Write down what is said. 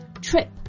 trip